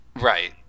Right